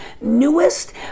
newest